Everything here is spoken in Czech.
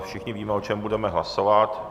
Všichni víme, o čem budeme hlasovat.